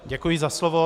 Děkuji za slovo.